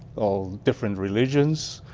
all different religions.